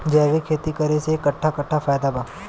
जैविक खेती करे से कट्ठा कट्ठा फायदा बा?